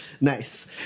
Nice